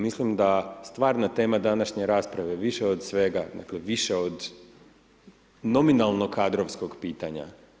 Mislim da stvarna tema današnje rasprave, više od svega, dakle, više od nominalnog kadrovskog pitanja.